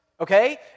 Okay